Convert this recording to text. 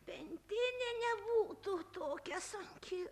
pentinė nebūtų tokia sunki